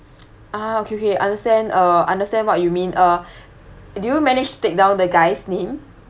ah okay okay understand uh understand what you mean uh did you manage to take down the guy's name